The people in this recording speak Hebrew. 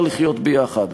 כי אפשר לחיות ביחד.